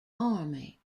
army